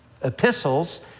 epistles